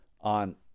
on